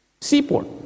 seaport